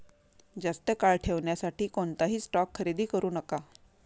जास्त काळ ठेवण्यासाठी कोणताही स्टॉक खरेदी करू नका